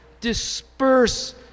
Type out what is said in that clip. Disperse